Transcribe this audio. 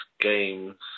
games